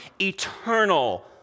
eternal